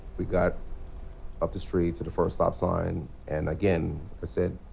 we got up the street to the first stop sign, and again i said,